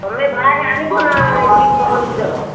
ତମେ ଭାଇ ଆଣିବା ନା ଜିପ ତମ ନିଜର